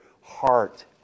heart